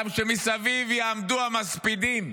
גם מסביב יעמדו המספידים.